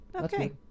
Okay